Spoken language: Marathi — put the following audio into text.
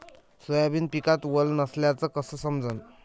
सोयाबीन पिकात वल नसल्याचं कस समजन?